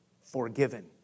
forgiven